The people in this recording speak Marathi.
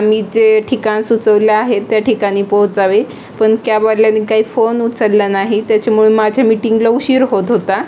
मी जे ठिकाण सुचवले आहे त्या ठिकाणी पोहचावे पण कॅबवाल्याने काही फोन उचलला नाही त्याच्यामुळे माझ्या मिटिंगला उशीर होत होता